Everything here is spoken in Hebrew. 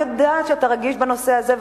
אני יודעת שאתה רגיש בנושא הזה,